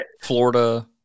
Florida